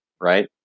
right